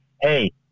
Hey